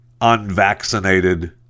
unvaccinated